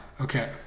Okay